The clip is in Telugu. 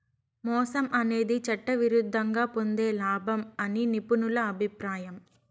మోసం అనేది చట్టవిరుద్ధంగా పొందే లాభం అని నిపుణుల అభిప్రాయం